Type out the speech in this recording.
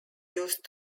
used